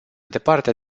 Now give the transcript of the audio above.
departe